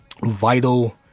Vital